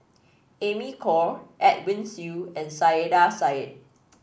Amy Khor Edwin Siew and Saiedah Said